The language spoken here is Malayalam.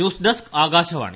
news desk Akashvani